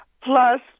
Plus